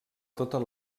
totes